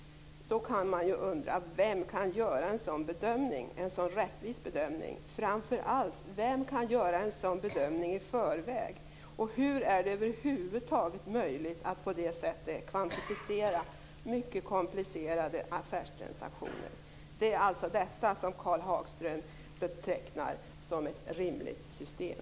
Då kan man undra: Vem kan göra en sådan bedömning, en rättvis sådan? Och framför allt: Vem kan göra en sådan bedömning i förväg? Hur är det över huvud taget möjligt att på det sättet kvantifiera mycket komplicerade affärstransaktioner? Det är alltså detta som Karl Hagström betecknar som ett rimligt system.